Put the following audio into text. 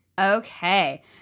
okay